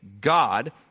God